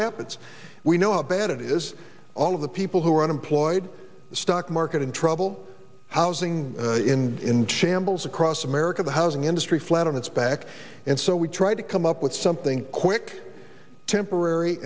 happens we know are bad it is all of the people who are unemployed the stock market in trouble housing in shambles across america the housing industry flat on its back and so we try to come up with something quick temporary